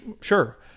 sure